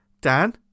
Dan